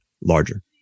larger